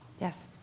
Yes